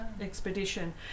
expedition